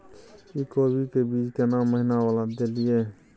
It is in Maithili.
इ कोबी के बीज केना महीना वाला देलियैई?